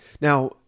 Now